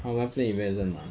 他们要 plan event 也是很难